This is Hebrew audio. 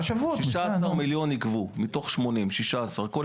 16 מיליון שקל נגבו מתוך 80 מיליון שקל.